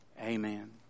Amen